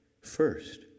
First